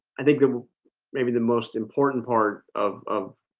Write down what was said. i think the may be the most important part of of